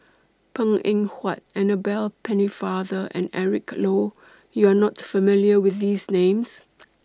Png Eng Huat Annabel Pennefather and Eric Low YOU Are not familiar with These Names